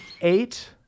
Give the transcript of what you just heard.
eight